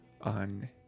on